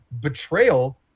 betrayal